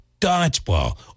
Dodgeball